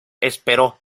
espero